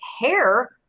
hair